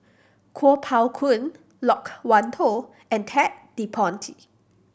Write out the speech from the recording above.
Kuo Pao Kun Loke Wan Tho and Ted De Ponti